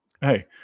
hey